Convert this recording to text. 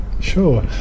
Sure